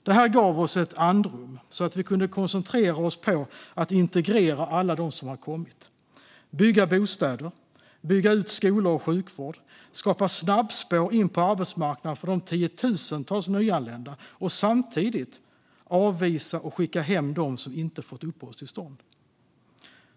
Det här gav oss andrum så att vi kunde koncentrera oss på att integrera alla som hade kommit och bygga bostäder, bygga ut skolor och sjukvård, skapa snabbspår in på arbetsmarknaden för de tiotusentals nyanlända och samtidigt avvisa och skicka hem dem som inte fått uppehållstillstånd.